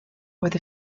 with